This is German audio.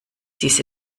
diese